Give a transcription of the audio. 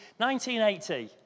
1980